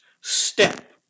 step